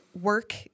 work